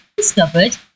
discovered